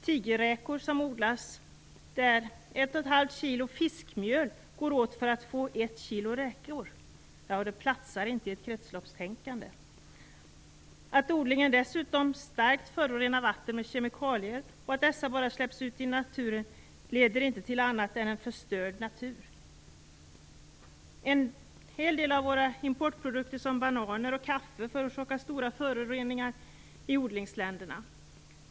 Tigerräkor som odlas, där ett och ett halvt kilo fiskmjöl går åt för att få ett kilo räkor, platsar inte i ett kretsloppstänkande. Att odlingarna dessutom starkt förorenar vattnet med kemikalier och att detta sedan bara släpps ut i naturen kan inte leda till annat än förstörd natur. En hel del av våra importprodukter, som bananer och kaffe, förorsakar stora föroreningar i odlingsländerna.